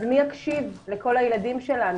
אז מי יקשיב לכל הילדים שלנו?